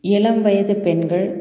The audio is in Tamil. இளம் வயது பெண்கள்